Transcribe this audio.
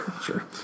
Sure